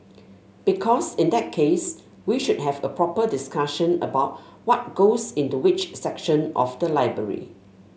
because in that case we should have a proper discussion about what goes into which section of the library